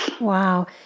Wow